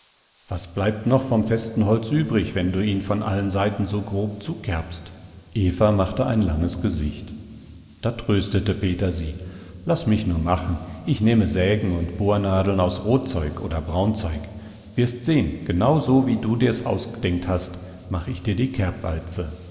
was bleibt noch vom festen holz übrig wenn du ihn von allen seiten so grob zerkerbst eva machte ein langes gesicht da tröstete peter sie laß mich nur machen ich nehme sägen und bohrnadeln aus rotzeug oder braunzeug wirst seh'n genau so wie du dir's ausdenkt hast mach ich dir die